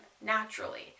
naturally